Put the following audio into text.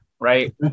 right